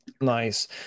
Nice